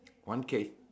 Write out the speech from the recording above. one case